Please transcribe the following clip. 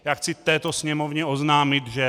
Já chci této Sněmovně oznámit, že